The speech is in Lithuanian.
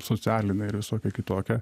socialine ir visokia kitokia